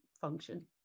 function